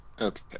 Okay